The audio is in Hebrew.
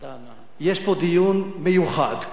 יש פה דיון מיוחד, כואב,